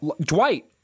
Dwight